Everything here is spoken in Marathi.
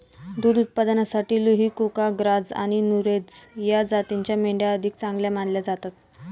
दुध उत्पादनासाठी लुही, कुका, ग्राझ आणि नुरेझ या जातींच्या मेंढ्या अधिक चांगल्या मानल्या जातात